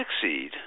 succeed